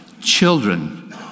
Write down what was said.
children